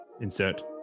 insert